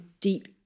deep